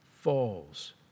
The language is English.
falls